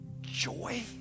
joy